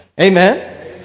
Amen